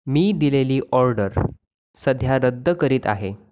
मी दिलेली ऑर्डर सध्या रद्द करीत आहे